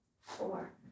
four